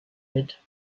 mit